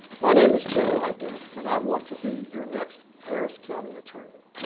my name is jim leitner, and i want to be your next harris county attorney.